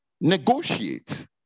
Negotiate